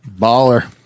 baller